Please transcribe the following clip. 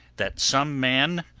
that some man,